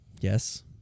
yes